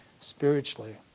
spiritually